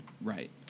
Right